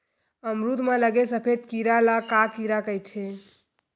अमरूद म लगे सफेद कीरा ल का कीरा कइथे?